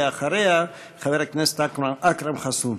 ואחריה, חבר הכנסת אכרם חסון.